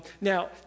Now